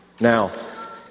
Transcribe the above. Now